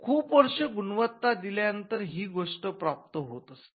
खूप वर्ष गुणवत्ता दिल्यानंतर ही गोष्ट प्राप्त होत असते